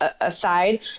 aside